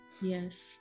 Yes